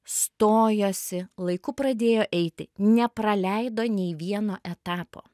stojosi laiku pradėjo eiti nepraleido nei vieno etapo